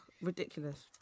ridiculous